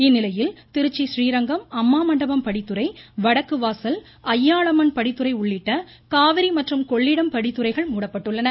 இந்நிலையில் திருச்சி றீரங்கம் அம்மாமண்டபம் படித்துறை வடக்கு வாசல் அய்யாளம்மன் படித்துறை உள்ளிட்ட காவிரி மற்றும் கொள்ளிடம் படித்துறைகள் முடப்பட்டுள்ளன